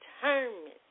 determined